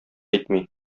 әйтми